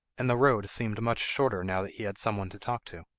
and the road seemed much shorter now that he had some one to talk to.